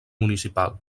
municipal